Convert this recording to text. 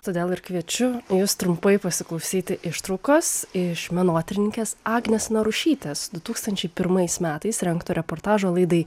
todėl ir kviečiu jus trumpai pasiklausyti ištraukos iš menotyrininkės agnės narušytės du tūkstančiai pirmais metais rengto reportažo laidai